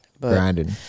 grinding